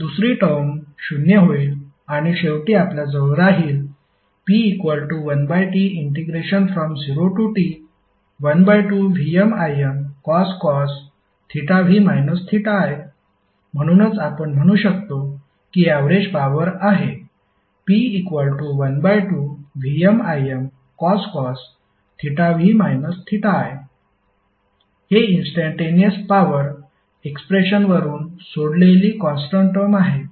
दुसरी टर्म शून्य होईल आणि शेवटी आपल्याजवळ राहील P1T0T12VmImcos v i म्हणूनच आपण म्हणू शकतो की ऍवरेज पॉवर आहे P12VmImcos v i हे इंस्टंटेनिअस पॉवर एक्सप्रेशनवरून सोडलेली कॉन्स्टन्ट टर्म आहे